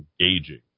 engaging